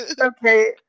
okay